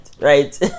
right